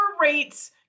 rates